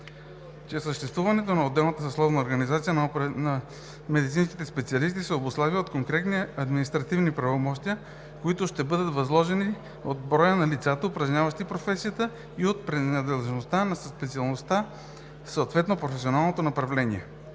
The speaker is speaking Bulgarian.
че съществуването на отделна съсловна организация на определени медицински специалисти се обуславя от конкретните административни правомощия, които ще ѝ бъдат възложени, от броя на лицата, упражняващи професията, и от принадлежността на специалността към съответното професионално направление.